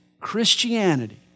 Christianity